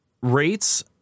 rates